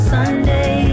Sunday